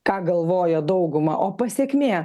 ką galvoja dauguma o pasekmė